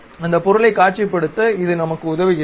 அந்த பொருளைக் காட்சிப்படுத்த இது நமக்கு உதவுகிறது